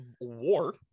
war